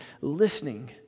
listening